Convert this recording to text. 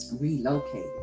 relocated